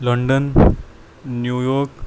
London New York